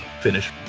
finish